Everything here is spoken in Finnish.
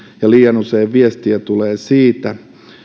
ja liian usein viestiä tulee siitä että